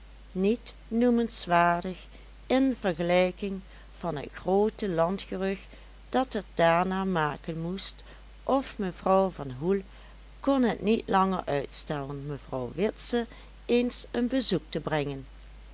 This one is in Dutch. niet noemenswaardig in vergelijking van het groote landgerucht dat het daarna maken moest of mevrouw van hoel kon het niet langer uitstellen mevrouw witse eens een bezoek te brengen